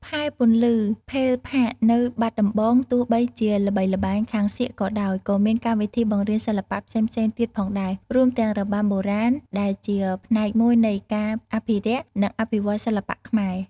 ផែ ពន្លឺ ផេលផាកនៅបាត់ដំបង ទោះបីជាល្បីល្បាញខាងសៀកក៏ដោយ ក៏មានកម្មវិធីបង្រៀនសិល្បៈផ្សេងៗទៀតផងដែរ រួមទាំងរបាំបុរាណ ដែលជាផ្នែកមួយនៃការអភិរក្ស និងអភិវឌ្ឍន៍សិល្បៈខ្មែរ។